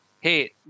hey